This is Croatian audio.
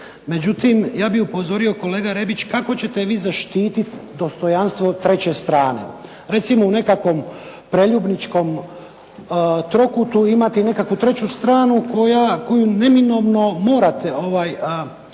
Međutim ja bih upozorio kolega Rebić, kako ćete vi zaštititi dostojanstvo treće strane? Recimo u jednom preljubničkom trokutu imate i nekakvu treću stranu koju neminovno morate povrijediti